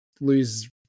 lose